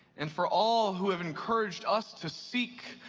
and for all who have encouraged us to seek,